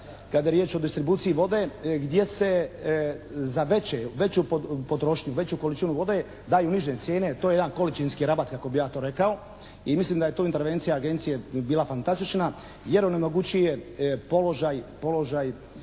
kad je riječ o distribuciji vode gdje se za veću potrošnju, veću količinu vode daju niže cijene a to je jedan količinski rabat kako bi ja to rekao. I mislim da je tu intervencija agencije bila fantastična jer onemogućuje položaj,